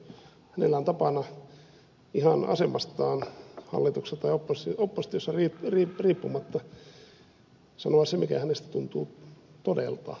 hänellä on tapana ihan riippumatta asemastaan hallituksessa tai oppositiossa sanoa se mikä hänestä tuntuu todelta